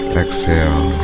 exhale